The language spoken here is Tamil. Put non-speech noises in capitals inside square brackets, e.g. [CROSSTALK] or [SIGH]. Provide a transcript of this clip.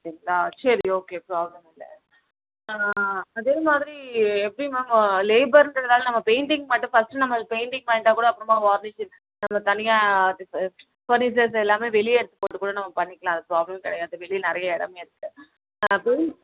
அப்படிங்களா சரி ஓகே ப்ராப்ளம் இல்லை அதே மாதிரி எப்படி மேம் லேபருன்றதுனால நம்ம பெயிண்ட்டிங் மட்டும் ஃபஸ்ட்டு நம்ம அது பெயிண்ட்டிங் பண்ணிவிட்டா கூட அப்புறமா வார்னிஷிங் நம்ம தனியாக [UNINTELLIGIBLE] ஃபர்னிச்சர்ஸ் எல்லாம் வெளியே எடுத்து போட்டுக்கூட நம்ம பண்ணிக்கலாம் அது ப்ராப்ளம் கிடையாது வெளியில் நிறைய இடம் இருக்குது [UNINTELLIGIBLE]